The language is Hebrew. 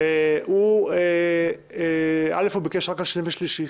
הוא ביקש רק לגבי ימים שני ושלישי.